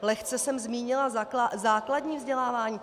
Lehce jsem zmínila základní vzdělávání.